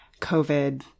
covid